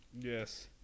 Yes